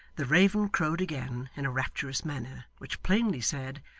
the raven crowed again in a rapturous manner which plainly said,